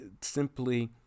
simply